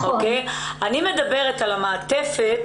אני מדברת על המעטפת